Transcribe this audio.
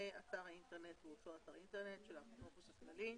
מקום הפרסום הוא באתר האינטרנט של האפוטרופוס הכללי.